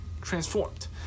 transformed